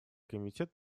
комитет